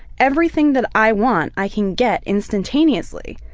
everything that i want, i can get instantaneously.